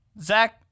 Zach